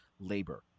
labor